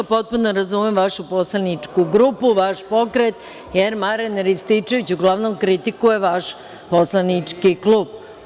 Potpuno razumem vašu poslaničku grupu, vaš pokret, jer Marijan Rističević uglavnom kritikuje vaš poslaničku klub.